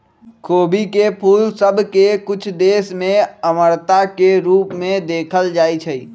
खोबी के फूल सभ के कुछ देश में अमरता के रूप में देखल जाइ छइ